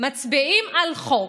מצביעים על חוק